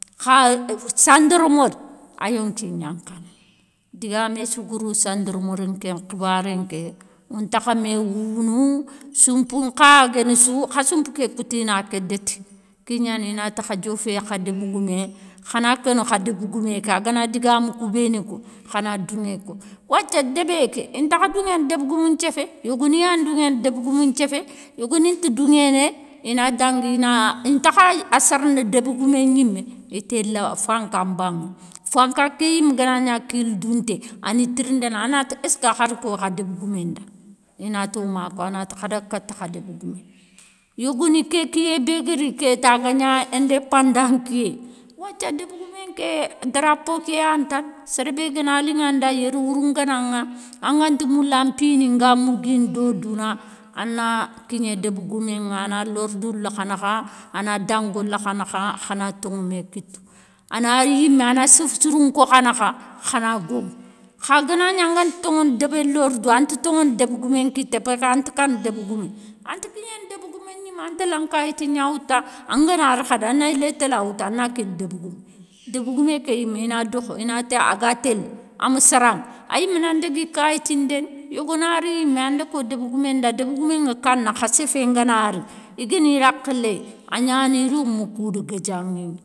Kha sandormodi, ayonki gna kanéy, digamé sou gari sandarmodi nkén nkhibaré nké, ontakha mé wounou soumpou kha guénissou, kha soumpou ké koutina, ké dét, kégnani inati kha diofé. kha débégoumé, khana konou kha débégoumé ké agana digamou kou béni ko, khana douŋé ké, wathia débéké intakha dounŋéné débégoumou nthiéfé, yogoni ya dounŋéne débégoumou nthiéffé, yogoni nti dounŋééné, ina dangui ina intakha, a sarna débégoummé gnimé, itéla fankha banŋa, fanka ké yime ganagna kilou dounké, ani tirindina anati esska khar ko kha débégoumé nda, inato ma ko, anati kha daga kati kha débégoumé. Yogoni ké kiyé bé guéri kéta, agagna indépenda nkiyé wathia débégoumé nké, drapeau kéyani tane, sér bé guéni alinŋa nda yéréwourou nguénaŋa, anganti moula, an mpini nga mouguini do douna, ana kigné débégoumé ŋa ana lordou lo kha nakha, ana dango lo kha nakha khana toŋo mé kitou. Ana yimé ana séff sirou nko kha nakha khana gomou. Kha ganagni anganti toŋono débé lordou, anti toŋono débégoumé nkité, passkanti kana débégoumé, anti kignéné débégoumé gnimé, antéla nkayiti gna woutou ta, angana ri khadi ana yilé téla woutou ana kini débégoumé, débégoumé ké yimé, ina dokho, inati aga télé, ama saraŋa, ayimé nan ndégui kayiti ndéni, yogonari yimé anda ko débégoumé nda, débégoumé ŋa kana kha séffé ngana ri, igani rakhé léy, agnani romou kouda gadiaŋé gna.